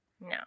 No